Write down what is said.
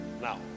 Now